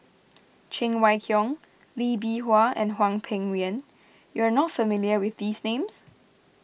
Cheng Wai Keung Lee Bee Wah and Hwang Peng Yuan you are not familiar with these names